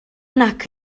nac